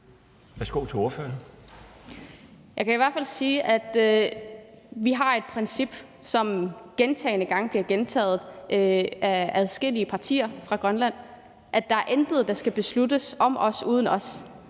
Jeg kan i hvert fald sige, at vi har et princip, som gentagne gange bliver gentaget af forskellige partier fra Grønland, nemlig at der er intet, der skal besluttes om os uden os.